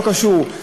לא קשור.